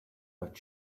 but